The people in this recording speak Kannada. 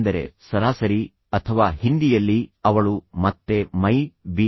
ಎಂದರೆ ಸರಾಸರಿ ಅಥವಾ ಹಿಂದಿಯಲ್ಲಿ ಅವಳು ಮತ್ತೆ ಮೈನ್ ಬಿ